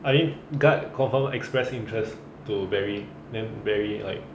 I mean guard confirm express interest to barry then barry like